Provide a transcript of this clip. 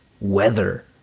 weather